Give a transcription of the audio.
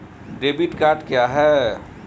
Debit card क्या है?